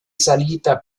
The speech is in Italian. salita